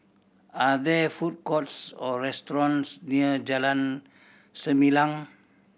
are there food courts or restaurants near Jalan Selimang